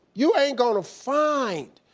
you ain't gonna find,